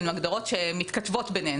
הן הגדרות שמתכתבות ביניהן,